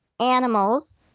animals